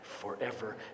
Forever